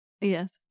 yes